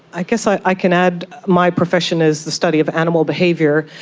i guess i can add, my profession is the study of animal behaviour,